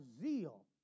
zeal